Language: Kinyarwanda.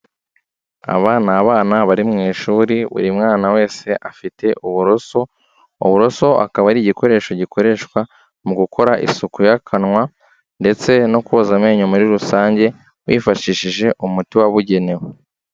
Aba ni abana bari mu ishuri buri mwana wese afite uburoso, uburoso akaba ari igikoresho gikoreshwa mu gukora isuku y'akanwa ndetse no koza amenyo muri rusange wifashishije umuti wabugenewe.